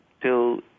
till